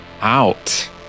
out